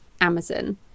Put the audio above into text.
amazon